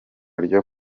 ryo